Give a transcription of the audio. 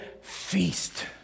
feast